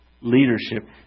leadership